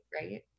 right